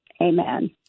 Amen